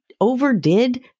Overdid